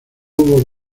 hubo